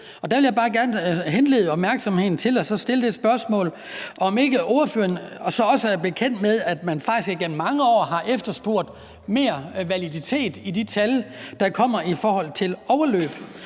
Der vil jeg bare gerne henlede opmærksomheden på og stille det spørgsmål, om ikke ordføreren så også er bekendt med, at man faktisk igennem mange år har efterspurgt mere validitet i de tal, der kommer i forhold til overløb,